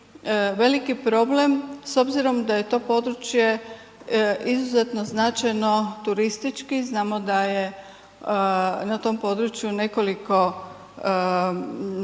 veliki problem s obzirom da je to područje izuzetno značajno turistički, znamo da je na tom području nekoliko značajnih